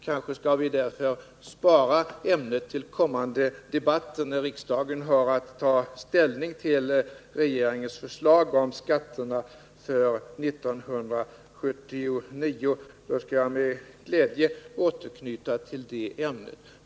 Kanske skall vi därför spara ämnet till den kommande debatten, när riksdagen har att ta ställning till regeringens förslag om skatterna för 1979. Då skall jag med glädje återknyta till det ämnet.